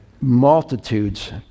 multitudes